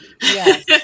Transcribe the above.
Yes